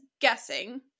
guessing